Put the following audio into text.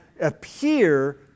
appear